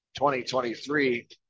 2023